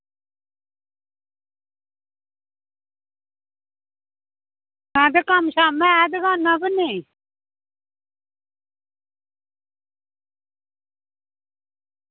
आं ते कम्म ऐ दुकानां उप्पर जां नेईं